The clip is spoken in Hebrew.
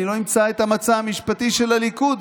אני לא אמצא את המצע המשפטי של הליכוד,